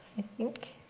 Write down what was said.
i think.